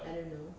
I don't know